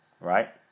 right